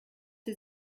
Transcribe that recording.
sie